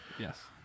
Yes